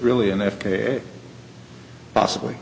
really an f k possibly